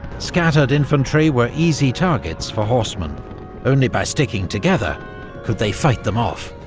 scattered infantry were easy targets for horsemen only by sticking together could they fight them off.